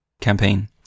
campaign